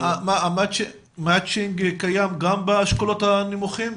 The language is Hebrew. המצ'ינג קיים גם באשכולות הנמוכים?